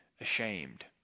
ashamed